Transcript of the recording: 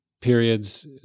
periods